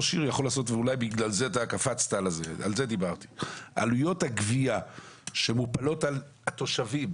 עלויות הגבייה שמוטלות על התושבים,